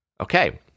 Okay